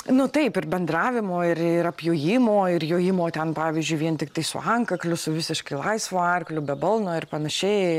nu taip ir bendravimo ir ir apjojimo ir jojimo ten pavyzdžiui vien tiktai su antkakliu su visiškai laisvu arkliu be balno ir panašiai